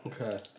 Okay